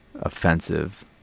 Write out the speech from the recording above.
offensive